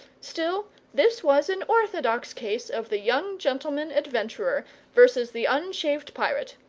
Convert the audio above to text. still this was an orthodox case of the young gentleman-adventurer versus the unshaved pirate,